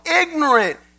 ignorant